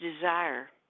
desire